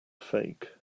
fake